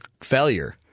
failure